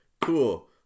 Cool